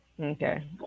Okay